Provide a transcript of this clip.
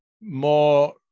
more